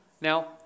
Now